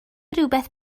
rywbeth